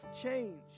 change